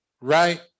right